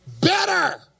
better